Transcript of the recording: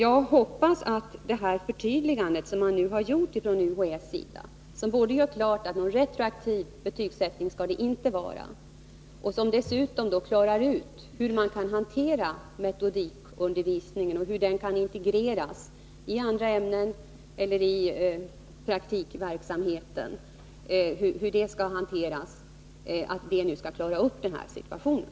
Jag hoppas att det förtydligande som UHÄ har gjort om att det inte skall vara någon retroaktiv betygsättning och om hur man kan hantera metodikundervisningen — hur den kan integreras i andra ämnen eller i praktikverksamheten — skall klara upp den här situationen.